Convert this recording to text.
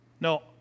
no